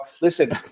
listen